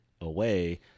away